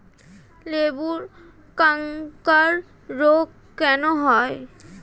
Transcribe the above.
লেবুর ক্যাংকার রোগ কেন হয়?